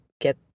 get